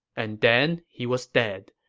and then he was dead.